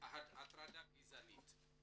הטרדה גזענית,